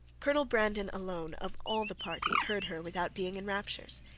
colonel brandon alone, of all the party, heard her without being in raptures.